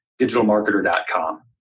digitalmarketer.com